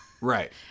Right